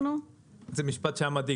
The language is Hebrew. זה משפט שהיה מדאיג.